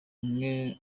umwe